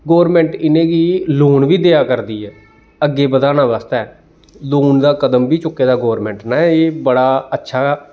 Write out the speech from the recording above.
government इ'नेंगी loan बी देआ करदी ऐ अग्गें बधाने बास्ते लोन दा कदम बी चुक्के दा गोरमैंट ने एह् बड़ा अच्छा